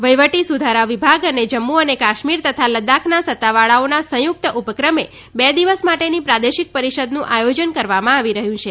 વહીવટી સુધારા વિભાગ અને જમ્મુ અને કાશ્મીર તથા લદ્દાખના સત્તાવાળાઓના સંયુક્ત ઉપક્રમે બે દિવસ માટેની પ્રાદેશિક પરિષદનું આયોજન કરવામાં આવી રહ્યું છે